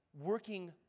working